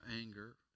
anger